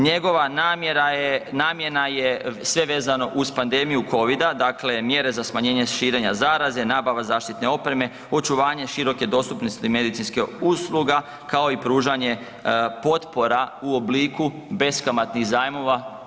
Njegova namjena je sve vezano uz pandemiju covida, dakle mjere za smanjenje širenja zaraze, nabava zaštitne opreme, očuvanje široke dostupnosti medicinskih usluga kao i pružanje potpora u obliku beskamatnih zajmova.